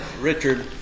Richard